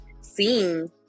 seeing